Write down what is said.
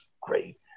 great